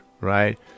right